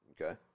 okay